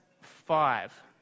five